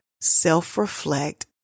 self-reflect